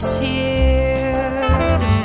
tears